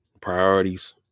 priorities